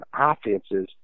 offenses –